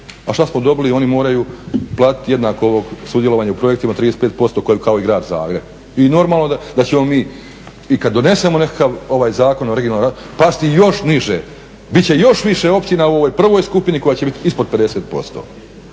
A šta smo dobili, oni moraju platiti jednako sudjelovanje u projektima 35% kao i grad Zagreb. I normalno da ćemo mi i kada donesemo nekakav ovaj Zakon o regionalnom razvoju, pasti još niže, biti će još više općina u ovoj prvoj skupini koja će biti ispod 50%.